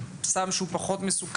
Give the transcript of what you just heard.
על כך שזהו סם שהוא פחות מסוכן